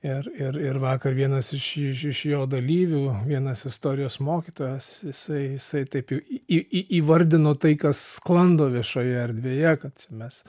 ir ir ir vakar vienas iš iš iš jo dalyvių vienas istorijos mokytojas jisai jisai taip į į į įvardino tai kas sklando viešojoje erdvėje kad čia mes